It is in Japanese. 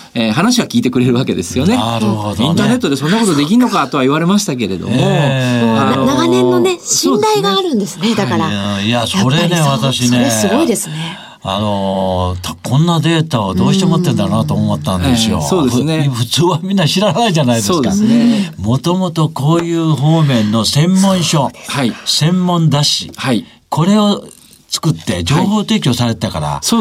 えー、話は聞いてくれるわけですよね。 なるほどね。 インターネットでそんなことできんのかとは言われましたけれども、えー。そう、あのー、長年のね、そうですね。信頼があるんですね。だから、いや、いや、それね、やっぱりそう、私ね、それすごいですね。あのー、た- こんなデータをどうして持ってんだろうなと思ったんですよ。うーん。えー、そうですね。ふ- 普通はみんな知らないじゃないですか。 そうですね。うん。もともとこういう方面の専門書、そうです。はい。専門雑誌、はい。これを作って情報はい。提供されてたから、そう